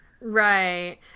right